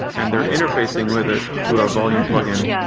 and they're interfacing with it throughout volume plug-in.